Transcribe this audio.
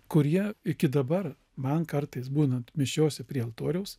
kurie iki dabar man kartais būnant mišiose prie altoriaus